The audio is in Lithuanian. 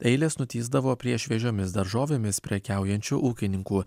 eilės nutįsdavo prie šviežiomis daržovėmis prekiaujančių ūkininkų